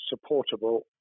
supportable